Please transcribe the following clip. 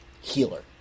healer